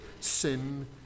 sin